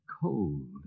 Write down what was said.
cold